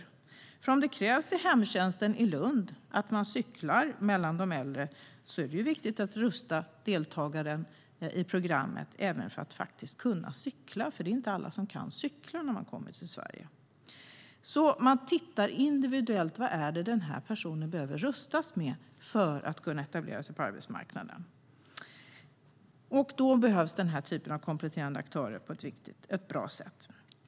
Eftersom det krävs i hemtjänsten i Lund att man cyklar mellan de äldre är det viktigt att rusta deltagaren i programmet även för att kunna cykla, för det är inte alla som kan det när de kommer till Sverige. Man tittar individuellt på vad personen behöver rustas med för att kunna etablera sig på arbetsmarknaden. Då behövs den här typen av kompletterande aktörer på ett bra sätt.